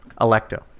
Electo